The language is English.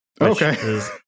Okay